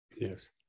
yes